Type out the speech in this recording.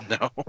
no